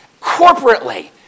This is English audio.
corporately